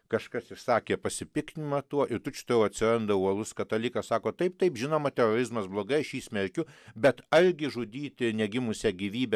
kažkas išsakė pasipiktinimą tuo ir tučtuojau atsiranda uolus katalikas sako taip taip žinoma terorizmas blogai aš jį smerkiu bet algi žudyti negimusią gyvybę